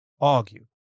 argue